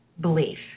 belief